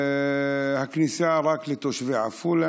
הכניסה רק לתושבי עפולה,